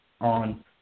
on